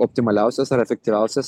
optimaliausias ar efektyviausias